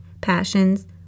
passions